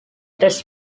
texts